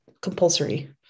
compulsory